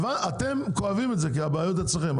אתם כואבים את זה כי הבעיות אצלכם.